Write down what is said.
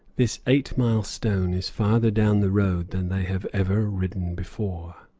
this eight-mile stone is farther down the road than they have ever ridden before.